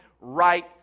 right